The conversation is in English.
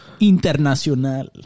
Internacional